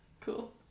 Cool